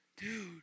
Dude